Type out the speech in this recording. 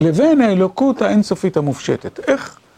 לבין האלוקות האינסופית המופשטת, איך?